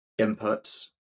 inputs